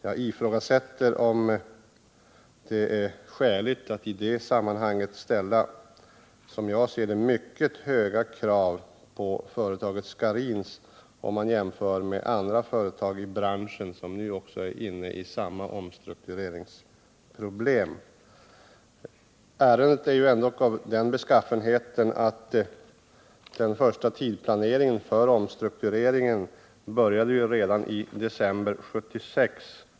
Jag ifrågasätter om det är skäligt att i detta sammanhang ställa —som jag ser det — mycket höga krav på företaget Scharins jämfört med andra företag i branschen som nu också har samma omstruktureringsproblem. Ärendet är ändock av den beskaffenheten att den första tidsplaneringen för omstruktureringen började redan i december 1976.